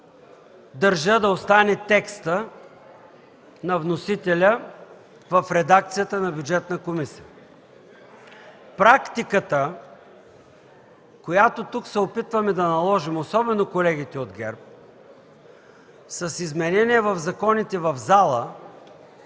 държа да остане текстът на вносителя в редакцията на Бюджетната комисия. Практиката, която тук се опитваме да наложим, особено колегите от ГЕРБ, с изменение на законите в залата,